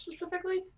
specifically